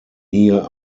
hier